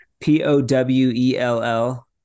P-O-W-E-L-L